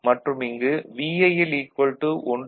மற்றும் இங்கு VIL 1